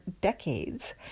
decades